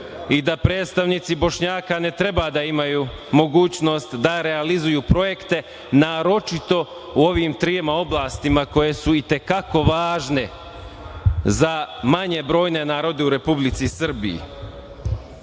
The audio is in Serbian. i da predstavnici Bošnjaka ne treba da imaju mogućnost da realizuju projekte, naročito u ove tri oblasti koje su i te kako važne za manje brojne narode u Republici